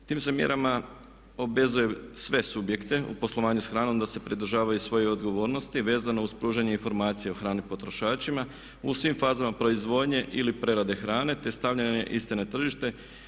Tim se mjerama obvezuje sve subjekte u poslovanju s hranom da se pridržavaju svojih odgovornosti vezano uz pružanje informacija o hrani potrošačima u svim fazama proizvodnje ili prerade hrane te stavljanje iste na tržište.